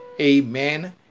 amen